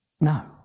No